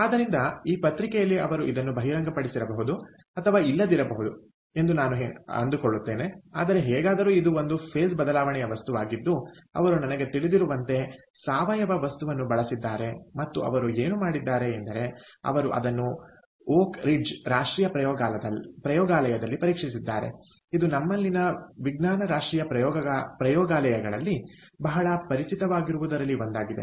ಆದ್ದರಿಂದ ಈ ಪತ್ರಿಕೆಯಲ್ಲಿ ಅವರು ಇದನ್ನು ಬಹಿರಂಗಪಡಿಸಿರಬಹುದು ಅಥವಾ ಇಲ್ಲದಿರಬಹುದು ಎಂದು ನಾನು ಎಂದುಕೊಳ್ಳುತ್ತೇನೆ ಆದರೆ ಹೇಗಾದರೂ ಇದು ಒಂದು ಫೇಸ್ ಬದಲಾವಣೆಯ ವಸ್ತುವಾಗಿದ್ದು ಅವರು ನನಗೆ ತಿಳಿದಿರುವಂತೆ ಸಾವಯವ ವಸ್ತುವನ್ನು ಬಳಸಿದ್ದಾರೆ ಮತ್ತು ಅವರು ಏನು ಮಾಡಿದ್ದಾರೆ ಎಂದರೆ ಅವರು ಅದನ್ನು ಓಕ್ ರಿಡ್ಜ್ ರಾಷ್ಟ್ರೀಯ ಪ್ರಯೋಗಾಲಯದಲ್ಲಿ ಪರೀಕ್ಷಿಸಿದ್ದಾರೆ ಇದು ನಮ್ಮಲ್ಲಿನ ವಿಜ್ಞಾನ ರಾಷ್ಟ್ರೀಯ ಪ್ರಯೋಗಾಲಯಗಳಲ್ಲಿ ಬಹಳ ಪರಿಚಿತವಾಗಿರುವುದರಲ್ಲಿ ಒಂದಾಗಿದೆ